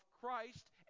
Christ